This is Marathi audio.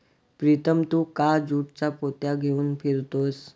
प्रीतम तू का ज्यूटच्या पोत्या घेऊन फिरतोयस